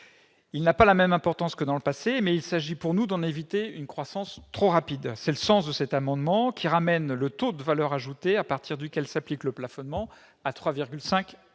il n'a pas la même importance que dans le passé, mais il s'agit pour nous d'en éviter une croissance trop rapide. Tel est le sens de cet amendement, qui ramène le taux de valeur ajoutée à partir duquel s'applique le plafonnement à 3,5